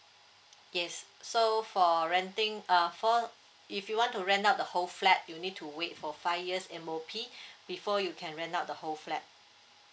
yes so for renting uh for if you want to rent out the whole flat you need to wait for five years M_O_P before you can rent out the whole flat